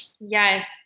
yes